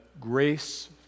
grace